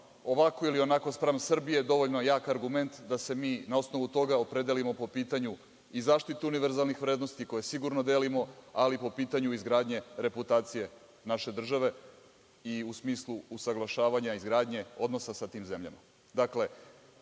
ovako ili onako spram Srbije, dovoljno je jak argument da se mi na osnovu toga opredelimo po pitanju i zaštite univerzalne vrednosti koje sigurno delimo, ali i po pitanju izgradnje reputacije naše države i u smislu usaglašavanja izgradnje odnosa sa tim zemljama. Dakle,